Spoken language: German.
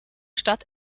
stadt